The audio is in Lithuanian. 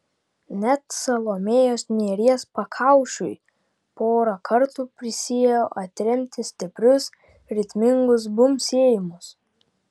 net salomėjos nėries pakaušiui porą kartų prisiėjo atremti stiprius ritmingus bumbsėjimus